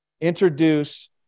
introduce